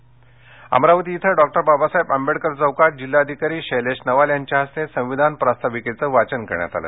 संविधान दिन अमरावती इथं डॉक्टर बाबासाहेब आंबेडकर चौकात जिल्हाधिकारी शैलेश नवाल यांच्या हस्ते संविधान प्रास्ताविकेचे वाचन करण्यात आलं